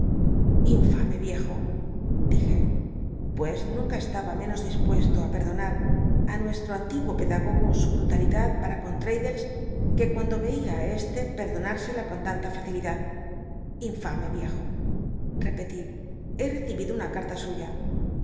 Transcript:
infame viejo dije pues nunca cslbhá wenos tlispueí to a perdonar a nuestro antiguo jedagogo eia su brutalidad para con traddles que cuando y ti este perdon irsela con tanta facilidad infame iejo l rcpeli he recibido una carta suya